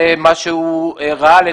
זה מה שהוא ראה לנגד עיניו.